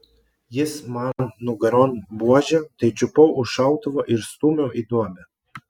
jis man nugaron buože tai čiupau už šautuvo ir stūmiau į duobę